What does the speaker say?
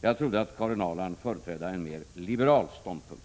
Jag trodde att Karin Ahrland företrädde en mer liberal ståndpunkt.